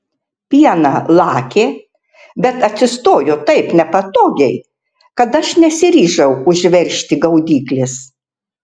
pieną lakė bet atsistojo taip nepatogiai kad aš nesiryžau užveržti gaudyklės